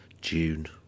June